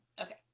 okay